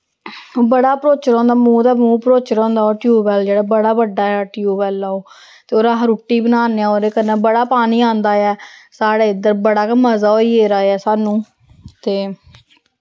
बड़ा भरोचे दा होंदा मूंह् दा मूंंह् भरोचे दा होंदा ओह् टयूबवैल जेह्ड़ा बड़ा बड्डा ऐ टयूबवैल ऐ ओह् ते ओह्दे अस रुट्टी बनाने आं ओह्दे कन्नै बड़ा पानी आंदा ऐ साढ़े इधर बड़ा गै मजा होई गेदा ऐ सानूं ते